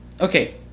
okay